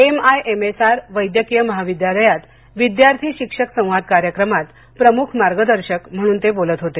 MIMSR वैद्यकीय महाविद्यालयात विद्यार्थी शिक्षक संवाद कार्यक्रमात प्रमुख मार्गदर्शक म्हणून ते बोलत होते